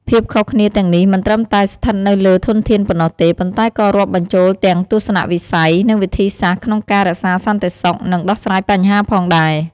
ភាពខុសគ្នាទាំងនេះមិនត្រឹមតែស្ថិតនៅលើធនធានប៉ុណ្ណោះទេ ប៉ុន្តែក៏រាប់បញ្ចូលទាំងទស្សនវិស័យ និងវិធីសាស្ត្រក្នុងការរក្សាសន្តិសុខ និងដោះស្រាយបញ្ហាផងដែរ។